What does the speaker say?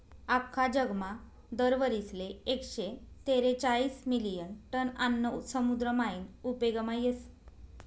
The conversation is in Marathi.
आख्खा जगमा दर वरीसले एकशे तेरेचायीस मिलियन टन आन्न समुद्र मायीन उपेगमा येस